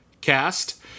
Cast